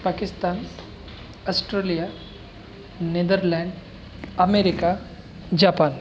Pakistan Australia Netherland America Japan